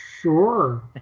sure